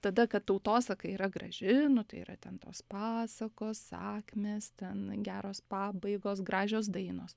tada kad tautosaka yra graži nu tai yra ten tos pasakos sakmės ten geros pabaigos gražios dainos